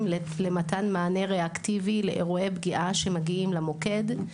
למתן מענה ריאקטיבי לאירועי פגיעה שמגיעים למוקד.